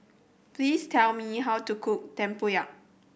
please tell me how to cook tempoyak